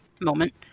moment